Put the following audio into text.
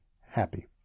happy